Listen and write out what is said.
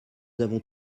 avons